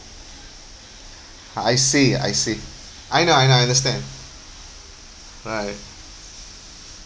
uh I see I see I know I know I understand right